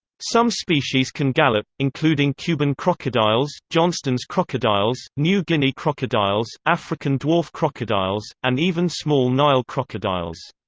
some species can gallop, including cuban crocodiles, johnston's crocodiles, new guinea crocodiles, african dwarf crocodiles, and even small nile crocodiles.